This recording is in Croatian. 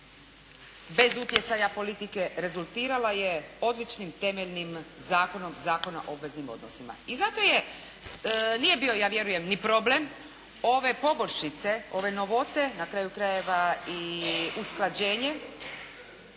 bez utjecaja politike rezultirala je odličnim temeljnim Zakonom, Zakona o obveznim odnosima. I zato je, nije bio, ja vjerujem ni problem ove poboljšice, ove navote, na kraju krajeva i usklađenje